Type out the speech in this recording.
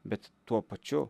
bet tuo pačiu